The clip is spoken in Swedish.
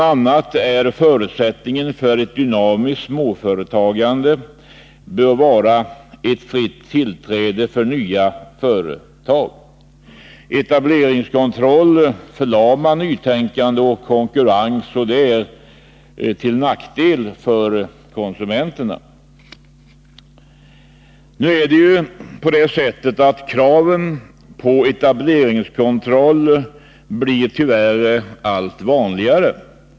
a. är förutsättningen för ett dynamiskt småföretagande fritt tillträde för nya företag. Etableringskontroll förlamar nytänkande och konkurrens, vilket är till nackdel för konsumenterna. Kraven på etableringskontroll blir tyvärr allt vanligare.